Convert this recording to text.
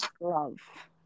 love